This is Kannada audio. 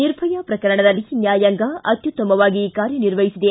ನಿರ್ಭಯಾ ಪ್ರಕರಣದಲ್ಲಿ ನ್ನಾಯಾಂಗ ಅತ್ಯುತ್ತಮವಾಗಿ ಕಾರ್ಯನಿರ್ವಹಿಸಿದೆ